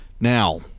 Now